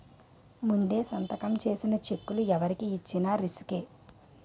ముందే సంతకం చేసిన చెక్కులు ఎవరికి ఇచ్చిన రిసుకే